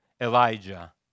Elijah